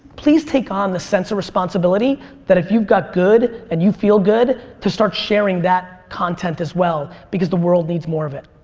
please take on the sense of responsibility that if you've got good and you feel good to start sharing that content as well. because the world needs more of it.